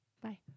Bye